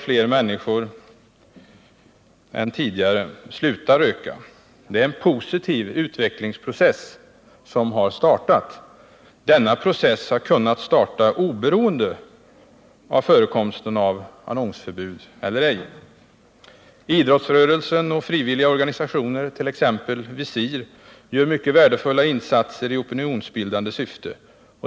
Fler människor än tidigare slutar röka. Det är en positiv utvecklingsprocess som har startat. Denna process hade kunnat starta oberoende av om annonsförbud förekommit eller ej. Idrottsrörelsen och frivilliga organisationer, t.ex. Visir, gör mycket värdefulla insatser i opinionsbildande syfte.